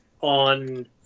on